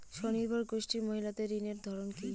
স্বনির্ভর গোষ্ঠীর মহিলাদের ঋণের ধরন কি?